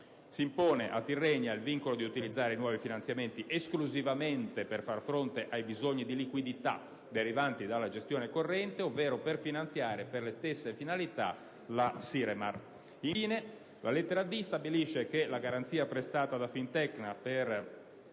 Si impone a Tirrenia il vincolo di utilizzare i nuovi finanziamenti esclusivamente per far fronte ai bisogni di liquidità derivanti dalla gestione corrente ovvero per finanziare, per le stesse finalità, la Siremar Spa. Infine, la lettera *d)* stabilisce che la garanzia prestata da Fintecna per